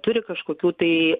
turi kažkokių tai